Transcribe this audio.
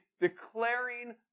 declaring